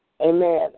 amen